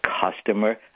customer